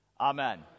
amen